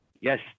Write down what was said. Yes